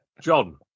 John